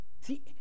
See